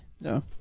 No